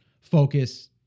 focus